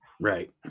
right